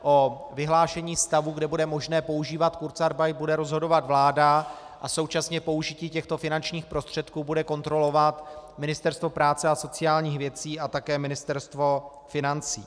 O vyhlášení stavu, kdy bude možné používat kurzarbeit, bude rozhodovat vláda a současně použití těchto finančních prostředků bude kontrolovat Ministerstvo práce a sociálních věcí a také Ministerstvo financí.